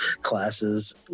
classes